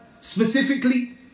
specifically